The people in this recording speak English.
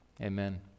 amen